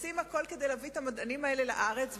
עושים הכול כדי להביא את המדענים האלה לארץ,